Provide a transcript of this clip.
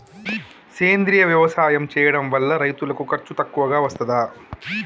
సేంద్రీయ వ్యవసాయం చేయడం వల్ల రైతులకు ఖర్చు తక్కువగా వస్తదా?